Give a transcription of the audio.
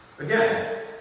Again